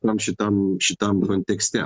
tam šitam šitam kontekste